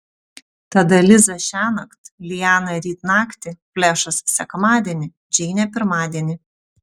tada liza šiąnakt liana ryt naktį flešas sekmadienį džeinė pirmadienį